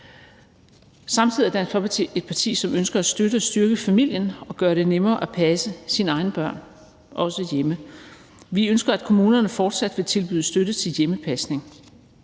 Samtidig er Dansk Folkeparti et parti, som ønsker at støtte og styrke familien og gøre det nemmere at passe sine egne børn, også hjemme. Vi ønsker, at kommunerne fortsat vil tilbyde støtte til hjemmepasning.